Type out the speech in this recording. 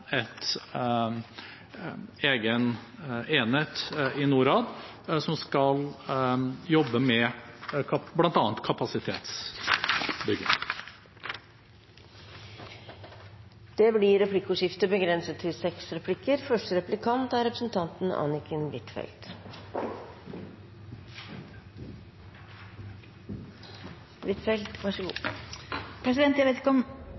egen enhet i Norad som skal jobbe med bl.a. kapasitetsbygging. Det blir replikkordskifte. Jeg vet ikke om utenriksministeren har oppfattet at det er